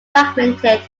fragmented